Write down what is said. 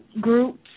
groups